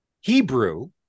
Hebrew